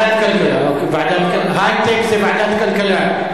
היי-טק זה ועדת כלכלה.